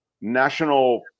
national